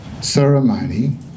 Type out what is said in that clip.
ceremony